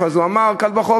אז הוא אמר: קל וחומר,